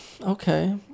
Okay